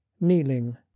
kneeling